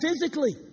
physically